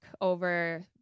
over